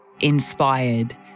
inspired